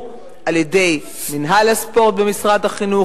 על-ידי מינהל הספורט במשרד החינוך,